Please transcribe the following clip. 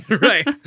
right